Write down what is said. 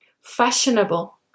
Fashionable